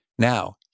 Now